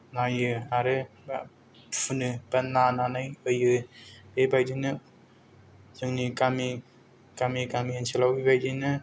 नायो आरो बा फुनो बा नानानै होयो बेबायदिनो जोंनि गामि गामि ओनसोलाव बेबायदिनो